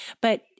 But-